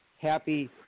happy